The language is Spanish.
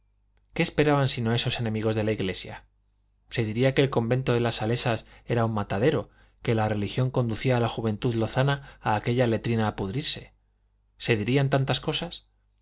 qué esperaban sino eso los enemigos de la iglesia se diría que el convento de las salesas era un matadero que la religión conducía a la juventud lozana a aquella letrina a pudrirse se dirían tantas cosas